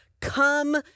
Come